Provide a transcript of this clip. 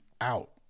out